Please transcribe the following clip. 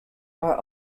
are